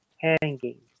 hanging